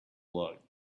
luck